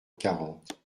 quarante